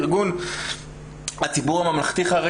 וארגון הציבור החרדי הממלכתי,